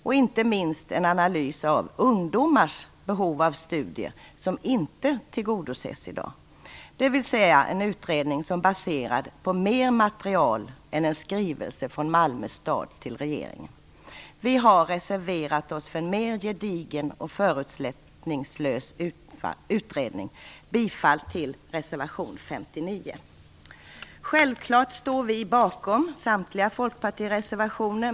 Inte minst behövs en analys av ungdomars behov av studier som inte tillgodoses i dag, dvs. en utredning som är baserad på mer material än en skrivelse från Malmö stad till regeringen. Vi har reserverat oss för en mer gedigen och förutsättningslös utredning. Jag yrkar bifall till reservation 59. Vi står självfallet bakom samtliga Folkpartireservationer.